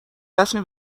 رسمی